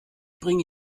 bringe